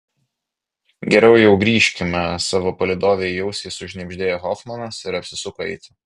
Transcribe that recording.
geriau jau grįžkime savo palydovei į ausį sušnibždėjo hofmanas ir apsisuko eiti